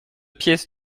pièces